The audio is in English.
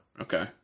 Okay